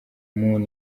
moon